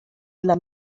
dla